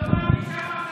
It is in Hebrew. אלעזר.